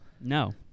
No